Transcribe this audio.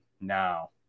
now